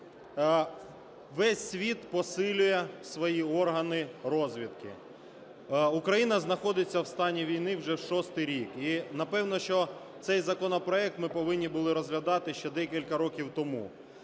весь світ посилює свої органи розвідки. Україна знаходиться у стані війни вже шостий рік і, напевно, що цей законопроект ми повинні були розглядати ще декілька років тому.